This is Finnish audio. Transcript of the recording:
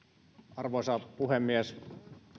arvoisa puhemies